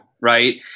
Right